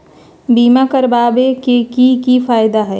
बीमा करबाबे के कि कि फायदा हई?